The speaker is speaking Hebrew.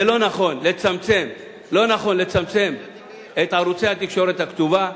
לא נכון לצמצם את ערוצי התקשורת הכתובה,